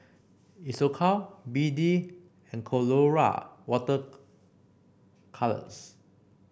Isocal B D and Colora Water Colours